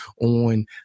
on